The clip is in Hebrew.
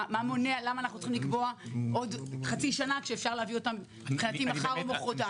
למה אנחנו צריכים לקבוע עוד חצי שנה כשאפשר להביא אותן מחר או מוחרתיים?